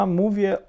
mówię